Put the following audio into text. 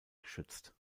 geschützt